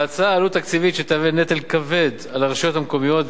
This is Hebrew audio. להצעה עלות תקציבית שתהיה נטל כבד על הרשויות המקומיות,